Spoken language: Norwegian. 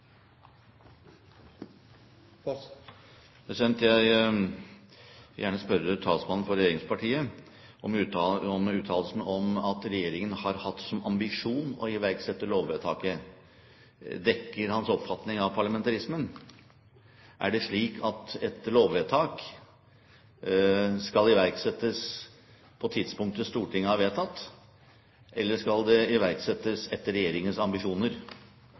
Jeg vil gjerne spørre talsmannen for regjeringspartiene om uttalelsen om at regjeringen har hatt som ambisjon å iverksette lovvedtaket dekker hans oppfatning av parlamentarismen. Er det slik at et lovvedtak skal iverksettes på det tidspunktet Stortinget har vedtatt, eller skal det iverksettes etter regjeringens ambisjoner?